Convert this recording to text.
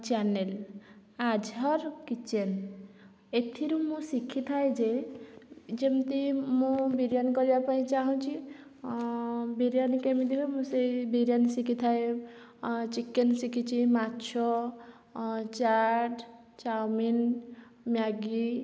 channel Azhar kitchen ଏଥିରୁ ମୁଁ ଶିଖିଥାଏ ଯେ ଯେମିତି ମୁଁ ବିରିୟାନୀ କରିବା ପାଇଁ ଚାହୁଁଛି ବିରିୟାନୀ କେମିତି ହୁଏ ମୁଁ ସେହି ବିରିୟାନୀ ଶିଖିଥାଏ ଚିକେନ ଶିଖିଛି ମାଛ ଚାଟ୍ ଚାଓମିନ ମ୍ୟାଗି